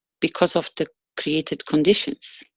because of the created conditions.